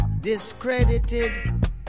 discredited